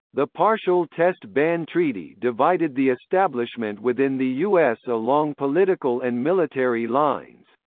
the partial test ban treaty divided the establishment within the us along political and military lines.